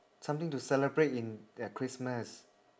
something to celebrate in at christmas